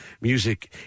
music